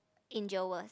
angel was